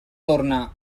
torne